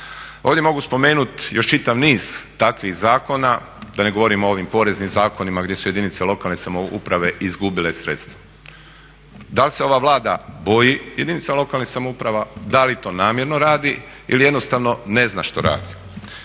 Ovdje mogu spomenut još čitav niz takvih zakona, da ne govorim o ovim poreznim zakonima gdje su jedinice lokalne samouprave izgubile sredstva. Da l' se ova Vlada boji jedinica lokalnih samouprava, da li to namjerno ili jednostavno ne zna što radi?